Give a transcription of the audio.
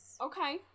Okay